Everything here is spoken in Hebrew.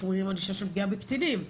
מחמירים ענישה של פגיעה בקטינים,